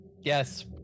Yes